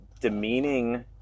demeaning